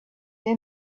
they